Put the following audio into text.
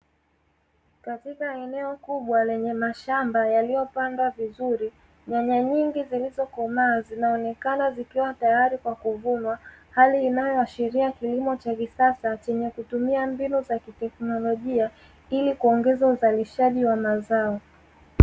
Katika eneo kubwa lenye mashamba yaliyopandwa vizuri nyanya nyingi zilizokomaa zinaonekana, zikiwa tayari kwa kuvunwa hali inayoashiria kilimo cha kisasa chenye kutumia mbinu za teknolojia ili kuongeza uzalishaji wa mazao.